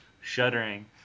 shuddering